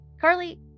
Carly